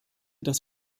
das